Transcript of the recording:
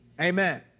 amen